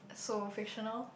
so fictional